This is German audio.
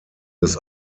des